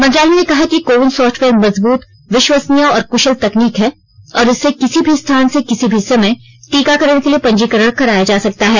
मंत्रालय ने कहा कि कोविन सॉफ्टवेयर मजबूत विश्वसनीय और कृशल तकनीक है और इससे किसी भी स्थान से किसी भी समय टीकाकरण के लिए पंजीकरण कराया जा सकता है